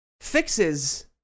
Fixes